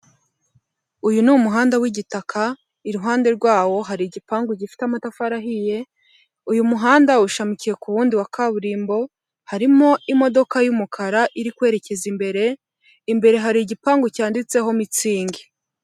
Uyu ni umuhanda w'igitaka iruhande rwawo hari igipangu gifite amatafari ahiye, uyu muhanda uwushamikiye ku wundi wa kaburimbo, harimo imodoka y'umukara iri kwerekeza imbere, imbere hari igipangu cyanditseho mitsingi.